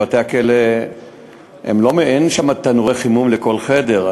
בבתי-הכלא אין תנורי חימום לכל חדר.